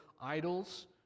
Idols